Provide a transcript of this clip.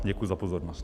Děkuji za pozornost.